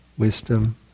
wisdom